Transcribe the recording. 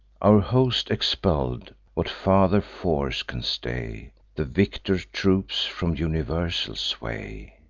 our host expell'd, what farther force can stay the victor troops from universal sway?